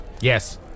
yes